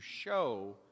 show